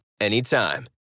anytime